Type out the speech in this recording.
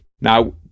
Now